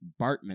Bartman